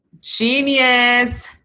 genius